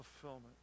fulfillment